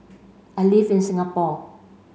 I live in Singapore